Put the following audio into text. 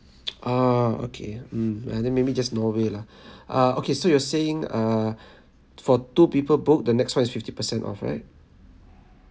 ah okay mm uh then maybe just norway lah ah okay so you're saying err for two people book the next one is fifty percent off right